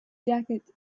jacket